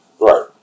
Right